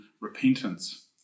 repentance